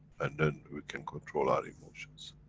and then we can control our emotions.